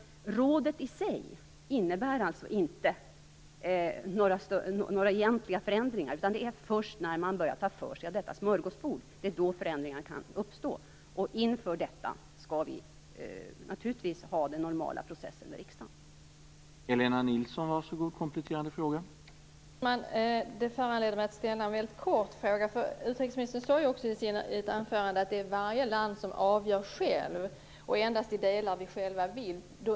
Rådet i sig innebär nämligen inte några egentliga förändringar. Det är först när man börjar ta för sig av smörgåsbordet som förändringar kan uppstå. Inför detta skall naturligtvis den normala processen med riksdagen ske.